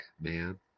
man